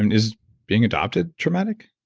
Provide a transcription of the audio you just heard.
and is being adopted traumatic?